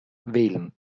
wählen